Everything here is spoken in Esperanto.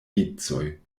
vicoj